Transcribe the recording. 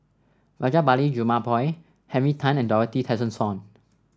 Rajabali Jumabhoy Henry Tan and Dorothy Tessensohn